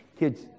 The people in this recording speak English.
Kids